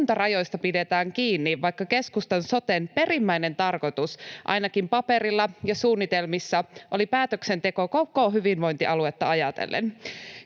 kuntarajoista pidetään kiinni, vaikka keskustan soten perimmäinen tarkoitus ainakin paperilla ja suunnitelmissa oli päätöksenteko koko hyvinvointialuetta ajatellen.